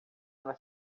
ela